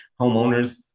homeowners